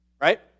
Right